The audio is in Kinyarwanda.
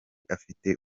afite